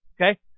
Okay